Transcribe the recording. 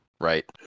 right